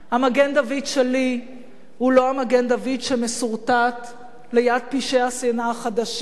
המגן-דוד שלי הוא לא המגן-דוד שמסורטט ליד פשעי השנאה החדשים,